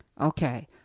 Okay